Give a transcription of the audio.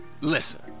listen